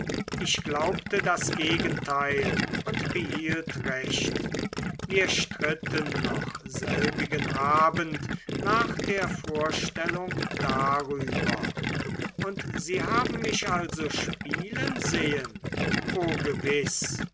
ich glaubte das gegenteil und behielt recht wir stritten noch selbigen abend nach der vorstellung darüber und sie haben mich also spielen sehen o gewiß